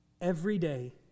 everyday